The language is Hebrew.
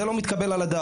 זה לא מתקבל על הדעת.